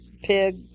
pig